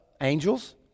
angels